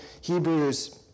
Hebrews